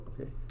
Okay